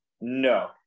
no